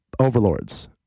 overlords